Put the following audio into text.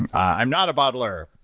and i'm not a bottler.